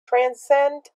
transcend